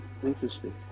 interesting